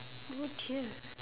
oh dear